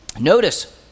Notice